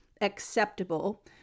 acceptable